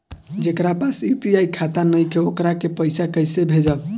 जेकरा पास यू.पी.आई खाता नाईखे वोकरा के पईसा कईसे भेजब?